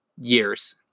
years